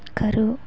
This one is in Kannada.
ಕರು